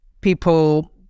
people